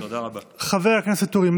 תודה רבה, אדוני.